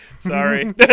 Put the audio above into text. Sorry